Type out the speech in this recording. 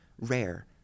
rare